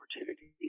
opportunities